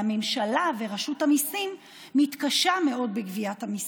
הממשלה ורשות המיסים מתקשות מאוד בגביית המיסים.